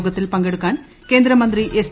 യോഗത്തിൽ പങ്കെടുക്കാൻ ക്ക്ന്ദ്രമന്ത്രി എസ്